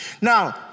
Now